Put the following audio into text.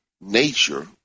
nature